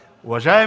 Уважаема